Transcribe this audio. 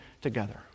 together